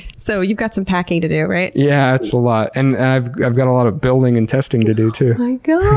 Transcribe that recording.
so you've got some packing to do, right? yeah, it's a lot. and i've i've got a lot of building and testing to do. oh my god!